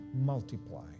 multiply